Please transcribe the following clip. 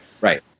Right